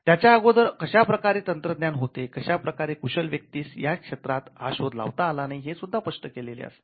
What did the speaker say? त्याच्या अगोदर कशा प्रकारचे तंत्रज्ञान होते कशा प्रकारे कुशल व्यक्तीस याच क्षेत्रात हा शोध लावता आला नाही हे सुद्धा स्पष्ट केलेले असते